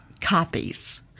copies